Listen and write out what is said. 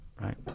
right